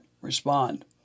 respond